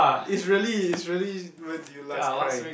is really is really when did you last cry